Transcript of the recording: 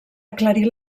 aclarir